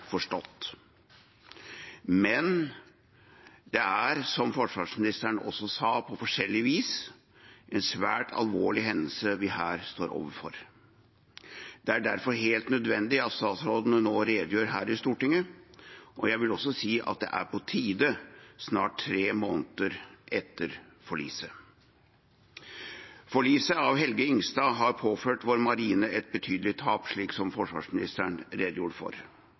forstått. Men det er, som forsvarsministeren på forskjellige vis også sa, en svært alvorlig hendelse vi her står overfor. Det er derfor helt nødvendig at statsråden nå redegjør her i Stortinget. Jeg vil også si at det er på tide, snart tre måneder etter forliset. Forliset av KNM «Helge Ingstad» har påført marinen vår et betydelig tap, som forsvarsministeren redegjorde for.